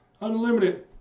Unlimited